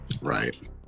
Right